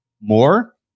more